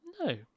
no